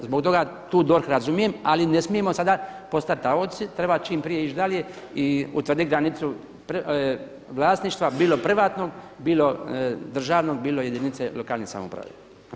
Zbog toga tu DORH razumijem ali ne smijemo sada postati taoci, treba čim prije ići dalje i utvrditi granicu vlasništva bilo privatnog, bilo državnog, bilo jedinice lokalne samouprave.